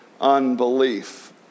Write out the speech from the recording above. unbelief